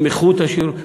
עם איכות השירות,